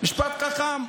משפט חכם.